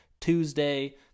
Tuesday